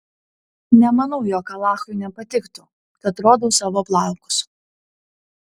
nemanau jog alachui nepatiktų kad rodau savo plaukus